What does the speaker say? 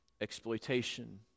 exploitation